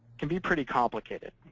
can be pretty complicated.